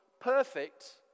perfect